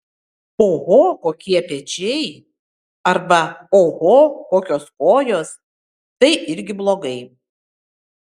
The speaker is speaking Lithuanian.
oho kokie pečiai arba oho kokios kojos tai irgi blogai